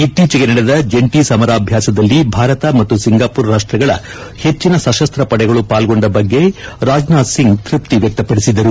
ಇತ್ತೀಚೆಗೆ ನಡೆದ ಜಂಟಿ ಸಮರಾಭ್ಯಾಸದಲ್ಲಿ ಭಾರತ ಮತ್ತು ಸಿಂಗಾಪುರ ರಾಷ್ಷಗಳ ಹೆಚ್ಚನ ಸಶಸ್ತ ಪಡೆಗಳು ಪಾಲ್ಗೊಂಡ ಬಗ್ಗೆ ರಾಜನಾಥ್ ಸಿಂಗ್ ತೃಪ್ತಿ ವ್ವಕ್ತಪಡಿಸಿದರು